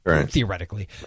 theoretically